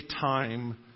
time